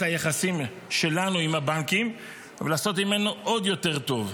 היחסים שלנו עם הבנקים ולעשות ממנו עוד יותר טוב.